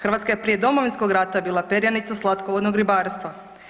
Hrvatska je prije Domovinskog rata bila perjanica slatkovodnog ribarstva.